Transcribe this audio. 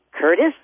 Curtis